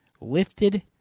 lifted